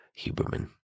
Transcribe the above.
Huberman